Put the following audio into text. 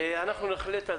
זה לא גובה מקדמה,